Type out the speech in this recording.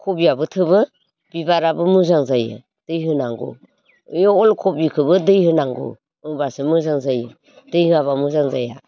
खबियाबो थोबो बिबाराबो मोजां जायो दै होनांगौ बे अल खबिखौबो दै होनांगौ होबासो मोजां जायो दै होआबा मोजां जाया